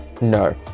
No